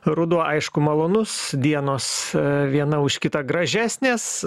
rudo aišku malonus dienos viena už kitą gražesnės